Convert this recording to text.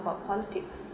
about politics